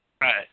Right